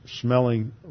smelling